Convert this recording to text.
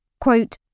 quote